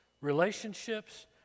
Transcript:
relationships